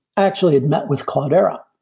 actually had met with cloudera.